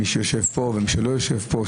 שיושב פה או שלא יושב פה,